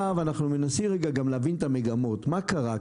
אנחנו מנסים להבין את המגמות ומה קרה,